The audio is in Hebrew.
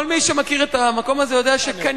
כל מי שמכיר את המקום הזה יודע שכנראה